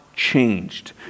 changed